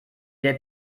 der